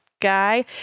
guy